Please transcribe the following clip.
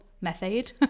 method